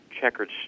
checkered